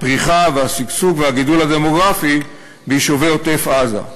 הפריחה והשגשוג והגידול הדמוגרפי ביישובי עוטף-עזה.